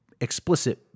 explicit